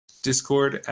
Discord